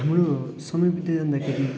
हाम्रो समय बित्दै जाँदाखेरि